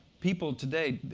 people today,